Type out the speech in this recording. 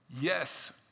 Yes